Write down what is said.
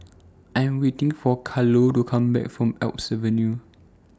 I Am waiting For Carlo to Come Back from Alps Avenue